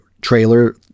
trailer